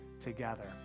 together